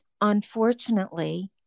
unfortunately